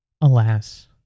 alas